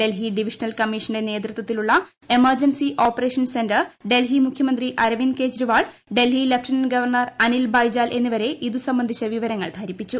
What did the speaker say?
Delhi divisional കമ്മീഷന്റെ നേതൃത്വത്തിലുള്ള emergency operation centre Delhi മുഖ്യമന്ത്രി അരവിന്ദ് കെജ്രിവാൾ ഡൽഹി ലഫ്റ്റനന്റ് ഗവർണർ അനിൽ ബൈജാൽ എന്നിവരെ ഇതു സംബന്ധിച്ച വിവരങ്ങൾ ധരിപ്പിച്ചു